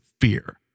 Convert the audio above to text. fear